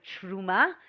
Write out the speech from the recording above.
truma